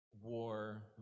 war